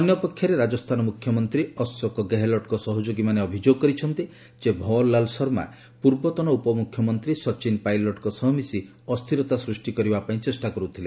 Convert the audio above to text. ଅନ୍ୟପକ୍ଷରେ ରାଜସ୍ଥାନ ମୁଖ୍ୟମନ୍ତ୍ରୀ ଅଶୋକ ଗେହଲଟଙ୍କ ସହଯୋଗୀମାନେ ଅଭିଯୋଗ କରିଛନ୍ତି ଯେ ଭଞ୍ଚୁରଲାଲ ଶର୍ମା ପୂର୍ବତନ ଉପମୁଖ୍ୟମନ୍ତ୍ରୀ ସଚିନ ପାଇଲଟଙ୍କ ସହ ମିଶି ଅସ୍ଥିରତା ସୃଷ୍ଟି କରିବା ପାଇଁ ଚେଷ୍ଟା କରୁଥିଲେ